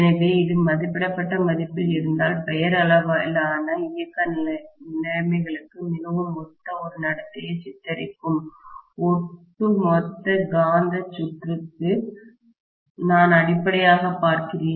எனவே இது மதிப்பிடப்பட்ட மதிப்பில் இருந்தால் பெயரளவிலான இயக்க நிலைமைகளுக்கு மிகவும் ஒத்த ஒரு நடத்தையை சித்தரிக்கும் ஒட்டுமொத்த காந்த சுற்றுக்குமேக்னெட்டிக் சர்க்யூட்க்கு நான் அடிப்படையாக பார்க்கிறேன்